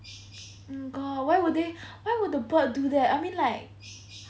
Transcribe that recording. oh my god why would they why would the bird do that I mean like